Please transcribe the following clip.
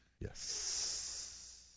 Yes